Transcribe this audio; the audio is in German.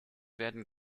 werden